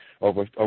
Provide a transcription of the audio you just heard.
over